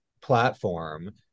platform